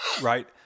Right